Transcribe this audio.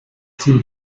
team